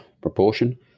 proportion